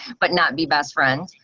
but not be best friend,